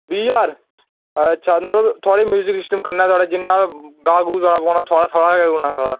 बीह् ज्हार अच्छा एह्दा मतलब थुआढ़े म्युजिक सिस्टम कन्नै थुआढ़े जिन्ना ओह् गाना गुना पौना थु थुआढ़ा गै होना सारा